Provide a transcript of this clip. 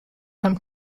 from